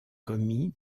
commis